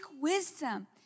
wisdom